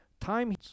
time